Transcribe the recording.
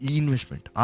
investment